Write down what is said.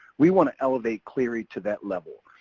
we want to elevate clery to that level.